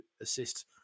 assist